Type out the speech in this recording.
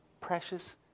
precious